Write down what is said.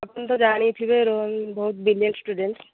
ଆପଣ ତ ଜାଣିଥିବେ ରୋହନ ବହୁତ ବ୍ରିଲିଆଣ୍ଟ ଷ୍ଟୁଡ଼େଣ୍ଟ